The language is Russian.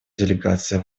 делегация